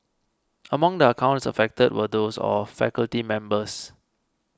among the accounts affected were those of faculty members